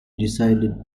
decided